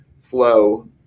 flow